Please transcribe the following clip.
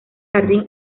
jardín